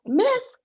miss